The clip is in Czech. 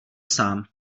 sám